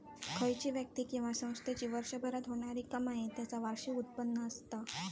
खयची व्यक्ती किंवा संस्थेची वर्षभरात होणारी कमाई त्याचा वार्षिक उत्पन्न असता